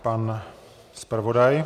Pan zpravodaj.